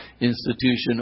institution